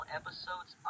episodes